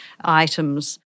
items